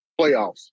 playoffs